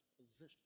position